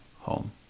home